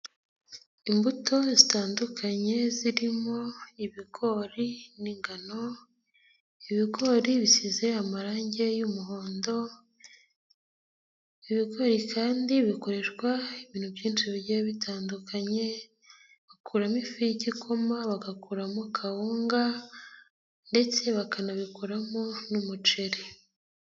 Imbuto zitandukanye zirimo ibigori n'ingano, ibigori bisize amarangi y'umuhondo, ibigori kandi bikoreshwa ibintu byinshi bigiye bitandukanye, bakuramo ifu y'igikoma, bagakuramo kawunga ndetse bakanabikoramo n'umuceri.